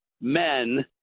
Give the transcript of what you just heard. Men